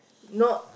not